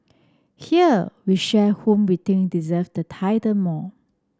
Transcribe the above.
here we share whom we think deserve the title more